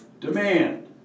Demand